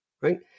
Right